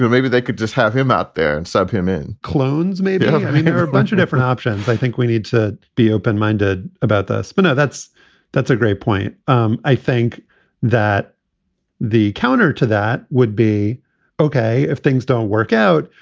maybe they could just have him out there and stab him in. clunes made a bunch of different options i think we need to be open minded about the spinner. that's that's a great point. um i think that the counter to that would be ok if things don't work out.